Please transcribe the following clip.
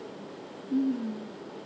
mm